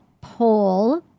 poll